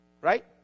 right